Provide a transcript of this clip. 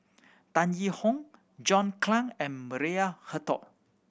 Tan Yee Hong John Clang and Maria Hertogh